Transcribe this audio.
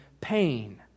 pain